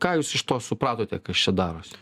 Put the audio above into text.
ką jūs iš to supratote kas čia darosi